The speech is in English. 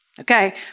Okay